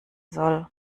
soll